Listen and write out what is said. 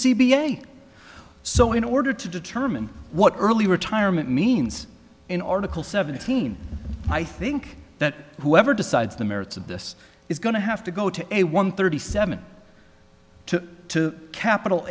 i so in order to determine what early retirement means in article seventeen i think that whoever decides the merits of this is going to have to go to a one thirty seven to capital